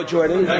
Jordan